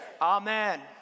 Amen